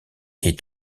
est